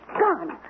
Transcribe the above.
gun